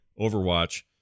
Overwatch